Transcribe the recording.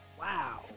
Wow